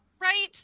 right